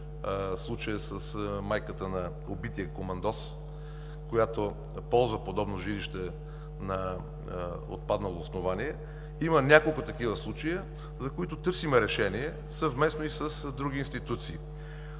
случаят с майката на убития командос, която ползва подобно жилище на отпаднало основание. Има няколко такива случая, за които търсим решение, съвместно и с други институции,